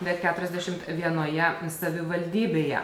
bet keturiasdešimt vienoje savivaldybėje